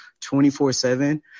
24/7